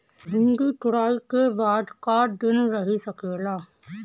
भिन्डी तुड़ायी के बाद क दिन रही सकेला?